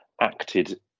acted